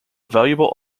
valuable